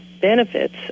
benefits